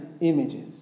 images